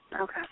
Okay